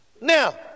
Now